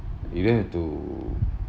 you don't have to